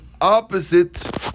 opposite